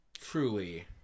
truly